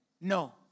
No